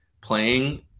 playing